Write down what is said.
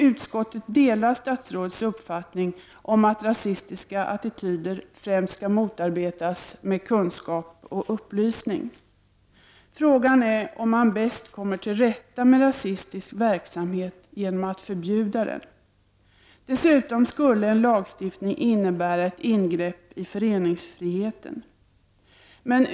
Utskottet delar statsrådets uppfattning att rasistiska attityder främst skall motarbetas med kunskap och upplysning. Frågan är om man bäst kommer till rätta med rasistisk verksamhet genom att förbjuda den. En lagstiftning skulle dessutom innebära ett ingrepp i föreningsfriheten.